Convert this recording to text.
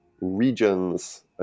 regions